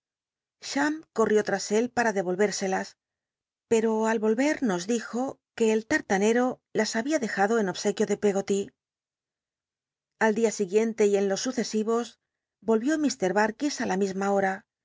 ll'a s él pa ra derol'érselas pero al rolrer nos dij o que el tartanero las había dejado en obsequio de peggoly al dia siguiente y en los sucesivos volvió darkis á la misma hora